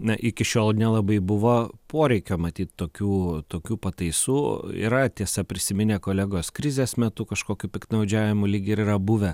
na iki šiol nelabai buvo poreikio matyt tokių tokių pataisų yra tiesa prisiminė kolegos krizės metu kažkokių piktnaudžiavimų lyg ir yra buvę